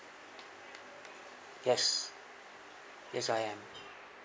yes yes I am